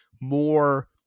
more